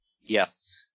Yes